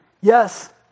Yes